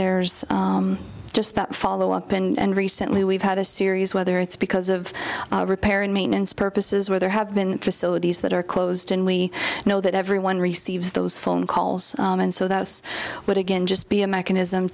there's just that follow up and recently we've had a series whether it's because of repair and maintenance purposes where there have been facilities that are closed and we know that everyone receives those phone calls and so that's what again just be a mechanism